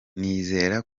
nizera